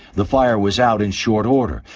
the fire was out in short order,